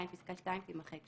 (2)פסקה (2) תימחק,